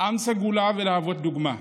עם סגולה ולהוות דוגמה.